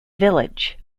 village